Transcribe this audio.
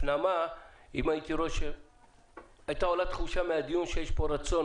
ובהפנמה אם הייתי רואה שהייתה עולה תחושה מהדיון שיש פה רצון